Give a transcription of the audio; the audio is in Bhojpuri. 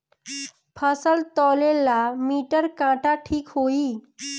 फसल तौले ला मिटर काटा ठिक होही?